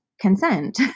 consent